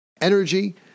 energy